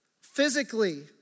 physically